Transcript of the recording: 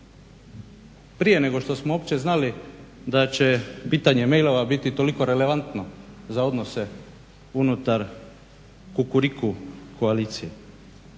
prije nego što smo uopće znali da će pitanje mailova biti toliko relevantno za odnose unutar kukuriku koalicije.